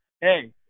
hey